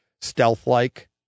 stealth-like